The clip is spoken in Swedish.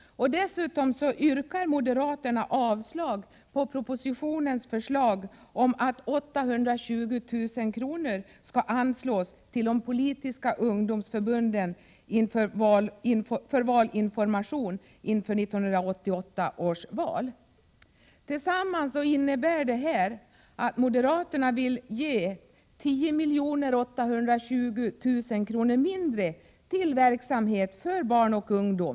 Dessutom yrkar moderaterna i reservationen avslag på propositionens förslag om att 820 000 kr. skall anslås till de politiska ungdomsförbunden för valinformation inför 1988 års val. Tillsammans innebär detta att moderaterna vill ge 10 820 000 kr. mindre till verksamheten för barn och ungdom.